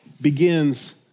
begins